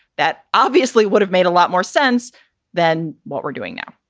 that obviously would have made a lot more sense than what we're doing now